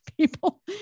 people